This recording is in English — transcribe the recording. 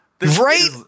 Right